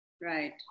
Right